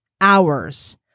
hours